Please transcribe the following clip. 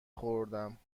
خوردم